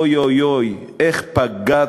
אוי אוי אוי, איך פגעתם